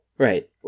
Right